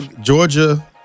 Georgia